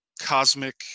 cosmic